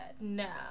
No